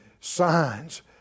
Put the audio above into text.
signs